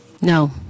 no